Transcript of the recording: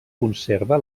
conserva